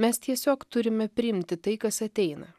mes tiesiog turime priimti tai kas ateina